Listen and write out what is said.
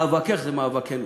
מאבקך זה מאבקנו.